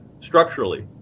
structurally